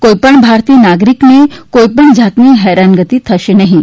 કોઇપણ ભારતીય નાગરિકને કોઇ પણ જાતની હેરાનગતિ થશે નહિં